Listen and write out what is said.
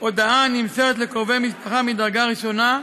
הודעה נמסרת לקרובי משפחה מדרגה ראשונה,